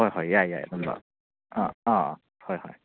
ꯍꯣꯏ ꯍꯣꯏ ꯌꯥꯏ ꯌꯥꯏ ꯑꯗꯨꯝ ꯂꯥꯛꯑꯣ ꯑꯥ ꯑꯥ ꯍꯣꯏ ꯍꯣꯏ